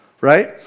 right